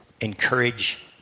encourage